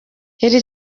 iri